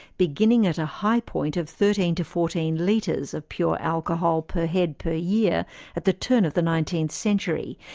beginning at a high point of thirteen to fourteen litres of pure alcohol per head per year at the turn of the nineteenth century,